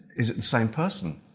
is it the same person?